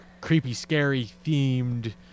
creepy-scary-themed